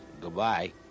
Goodbye